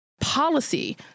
policy